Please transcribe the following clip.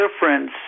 difference